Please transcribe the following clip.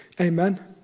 Amen